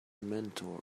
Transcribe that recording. mentor